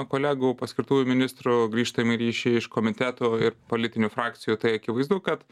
kolegų paskirtųjų ministrų grįžtamąjį ryšį iš komitetų ir politinių frakcijų tai akivaizdu kad